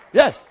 yes